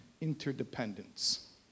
interdependence